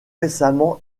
récemment